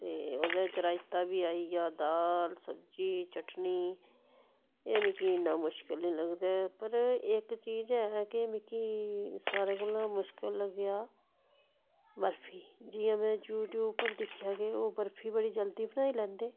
ते ओह्दे च रायता बी आई गेआ दाल सब्ज़ी चटनी एह् मिगी इन्ना मुशकल नी लगदा ऐ पर इक चीज़ ऐ कि मिकी सारें कोलां मुश्कल लग्गेआ बर्फी जियां में यूट्यूब उप्पर दिक्खेआ कि ओह् बर्फी बड़ी जल्दी बनाई लैंदे